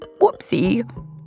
whoopsie